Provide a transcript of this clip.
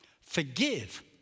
forgive